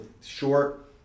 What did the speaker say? short